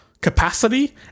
capacity